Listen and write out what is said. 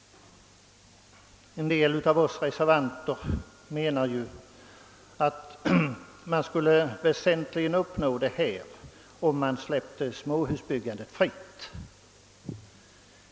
En del av reservanterna anser att de skulle kunna åstadkomma detta genom att släppa småhusbyggandet fritt.